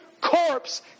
corpse